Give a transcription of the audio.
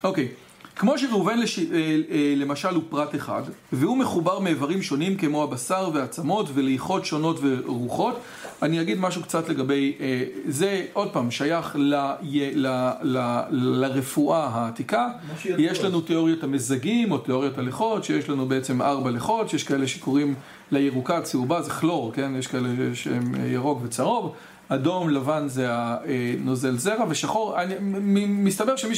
אוקיי, כמו שראובן למשל הוא פרט אחד, והוא מחובר מאיברים שונים כמו הבשר והעצמות וליחות שונות ורוחות. אני אגיד משהו קצת לגבי... זה עוד פעם שייך לרפואה העתיקה. יש לנו תיאוריות המזגים או תיאוריות הליחות, שיש לנו בעצם ארבע ליחות, שיש כאלה שקוראים לירוקה- צהובה, זה כלור, כן? יש כאלה שהם ירוק וצהוב, אדום, לבן זה נוזל זרע, ושחור, מסתבר שמישהו...